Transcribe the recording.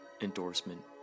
endorsement